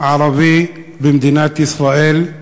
ערבי במדינת ישראל,